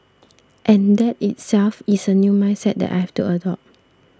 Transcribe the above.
and that in itself is a new mindset that I have to adopt